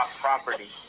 property